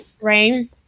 Rain